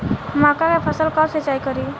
मका के फ़सल कब सिंचाई करी?